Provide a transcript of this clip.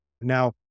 Now